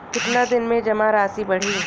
कितना दिन में जमा राशि बढ़ी?